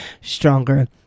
stronger